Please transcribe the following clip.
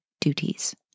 duties